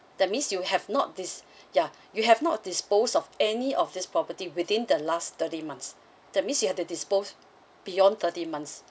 that means you have not dis~ ya you have not dispose of any of this property within the last thirty months that means you have to dispose beyond thirty months